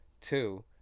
Two